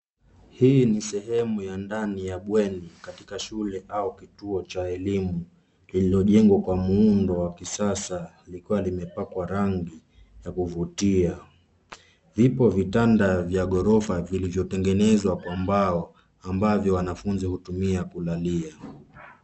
Hii ni sehemu ya ndani ya bweni katika shule au kituo cha elimu lililojengwa kwa muundo wa kisasa likiwa limepakwa rangi ya kuvutia. Vipo vitanda vya ghorofa vilivotengenezwa kwa mbao ambavyo wanafunzi hutumia kulalia.